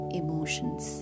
emotions